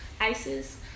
ISIS